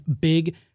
Big